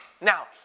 Now